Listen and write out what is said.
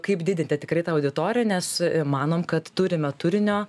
kaip didinti tikrai tą auditoriją nes manom kad turime turinio